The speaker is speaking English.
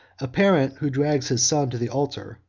a parent who drags his son to the altar,